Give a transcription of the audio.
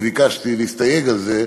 וביקשתי להסתייג על זה,